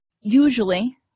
usually